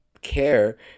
care